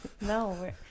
no